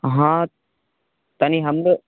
हँ तनि हमरो